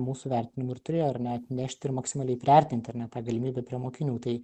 mūsų vertinimu ir turėjo ar ne atnešti ir maksimaliai priartinti ar ne tą galimybę prie mokinių tai